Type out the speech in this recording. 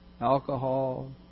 Alcohol